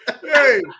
Hey